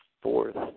fourth